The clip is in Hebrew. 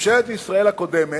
ממשלת ישראל הקודמת